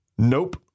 Nope